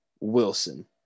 Wilson